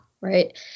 right